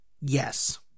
Yes